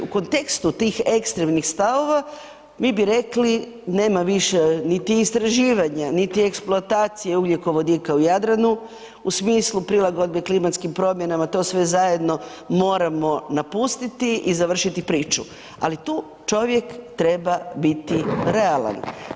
U kontekstu tih ekstremnih stavova, mi bi rekli, nema više niti istraživanja, niti eksploatacije ugljikovodika u Jadranu u smislu prilagodbe klimatskim promjenama, to sve zajedno moramo napustiti i završiti priču, ali tu čovjek treba biti realan.